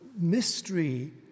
mystery